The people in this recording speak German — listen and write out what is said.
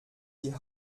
die